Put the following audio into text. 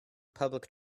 public